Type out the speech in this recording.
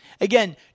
Again